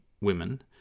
women